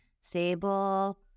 stable